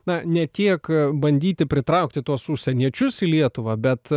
na ne tiek bandyti pritraukti tuos užsieniečius į lietuvą bet